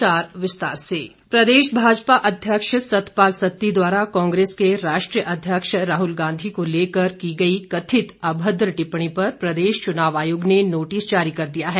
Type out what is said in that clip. चुनाव आयोग प्रदेश भाजपा अध्यक्ष सतपाल सत्ती द्वारा कांग्रेस के राष्ट्रीय अध्यक्ष राहल गांधी को लेकर की गई कथित अभद्र टिप्पणी पर प्रदेश चुनाव आयोग ने नोटिस जारी कर दिया है